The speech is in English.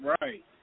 Right